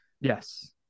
Yes